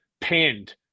panned